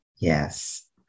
Yes